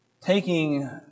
taking